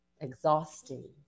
exhausting